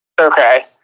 Okay